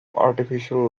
artificial